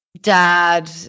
Dad